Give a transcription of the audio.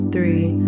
Three